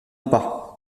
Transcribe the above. pas